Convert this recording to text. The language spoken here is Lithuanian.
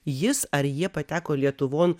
jis ar jie pateko lietuvon